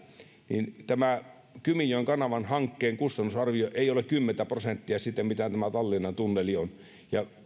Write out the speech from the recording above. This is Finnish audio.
niin tämä kymijoen kanavan hankkeen kustannusarvio ei ole kymmentä prosenttia siitä mitä tämä tallinnan tunneli on ja